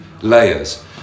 layers